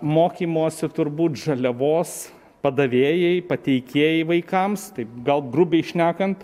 mokymosi turbūt žaliavos padavėjai pateikėjai vaikams tai gal grubiai šnekant